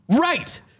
Right